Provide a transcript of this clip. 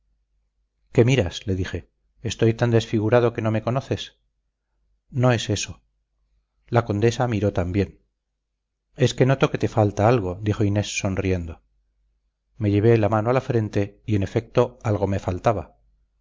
qué miras le dije estoy tan desfigurado que no me conoces no es eso la condesa miró también es que noto que te falta algo dijo inés sonriendo me llevé la mano a la frente y en efecto algo me faltaba